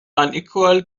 unequal